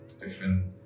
different